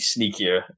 sneakier